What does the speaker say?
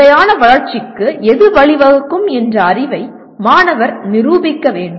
நிலையான வளர்ச்சிக்கு எது வழிவகுக்கும் என்ற அறிவை மாணவர் நிரூபிக்க வேண்டும்